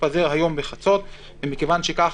תתפזר היום בחצות ומכיוון שכך,